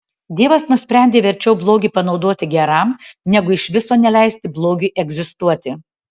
dievas nusprendė verčiau blogį panaudoti geram negu iš viso neleisti blogiui egzistuoti